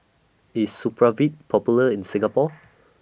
IS Supravit Popular in Singapore